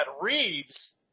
Reeves